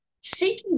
seeking